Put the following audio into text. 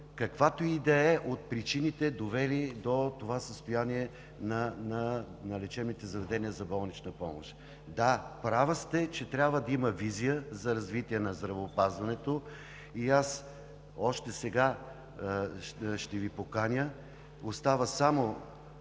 каквато и да е от причините, довели до това състояние на лечебните заведения за болнична помощ. Да, права сте, че трябва да има визия за развитие на здравеопазването. Още сега ще Ви поканя – остава може